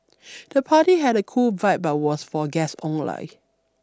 the party had a cool vibe but was for guests only